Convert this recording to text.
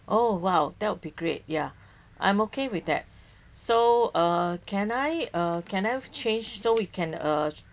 oh !wow! that would be great ya I'm okay with that so uh can I uh can I change so we can err